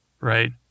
Right